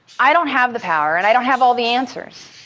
i don't have the power and i don't have all the answers,